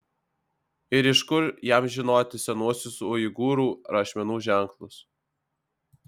ir iš kur jam žinoti senuosius uigūrų rašmenų ženklus